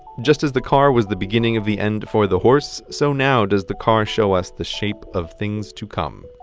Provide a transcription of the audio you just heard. just as the car was the beginning of the end for the horse so now does the car show us the shape of things to come.